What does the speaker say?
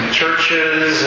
churches